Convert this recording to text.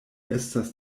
estas